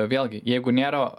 vėlgi jeigu nėra